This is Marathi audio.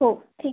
हो ठीक